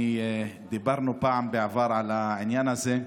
דיברנו בעבר על העניין הזה,